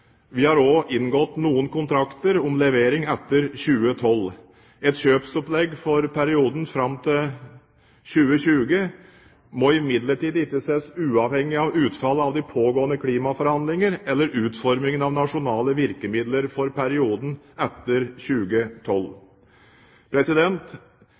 Vi har også inngått noen kontrakter om levering etter 2012. Et kjøpsopplegg for perioden fram til 2020 må imidlertid ikke ses uavhengig av utfallet av de pågående klimaforhandlinger eller utformingen av nasjonale virkemidler for perioden etter 2012.